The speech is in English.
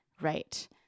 right